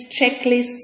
checklists